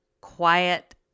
quiet